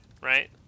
right